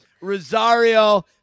Rosario